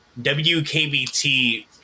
WKBT